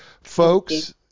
folks